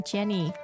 Jenny